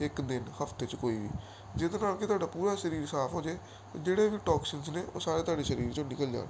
ਇੱਕ ਦਿਨ ਹਫ਼ਤੇ 'ਚ ਕੋਈ ਵੀ ਜਿਹਦੇ ਨਾਲ ਕਿ ਤੁਹਾਡਾ ਪੂਰਾ ਸਰੀਰ ਸਾਫ਼ ਹੋ ਜਾਏ ਜਿਹੜੇ ਵੀ ਟੋਕਸ਼ਜ ਨੇ ਉਹ ਸਾਰੇ ਤੁਹਾਡੇ ਸਰੀਰ 'ਚੋਂ ਨਿਕਲ ਜਾਣ